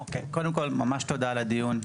קודם כל ממש תודה על הדיון,